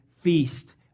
feast